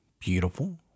beautiful